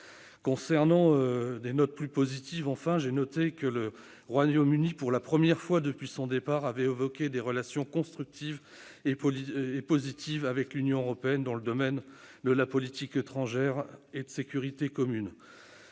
finir sur une note plus positive, j'ai noté que le Royaume-Uni, pour la première fois depuis son départ, avait évoqué des relations constructives et positives avec l'Union européenne dans le domaine de la politique étrangère et de la sécurité commune,